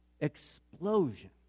explosion